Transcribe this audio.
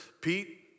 Pete